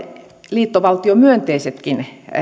liittovaltiomyönteisetkin